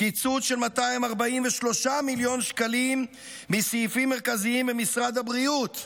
קיצוץ של 243 מיליון שקלים מסעיפים מרכזיים במשרד הבריאות,